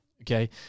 Okay